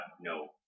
no